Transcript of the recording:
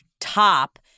top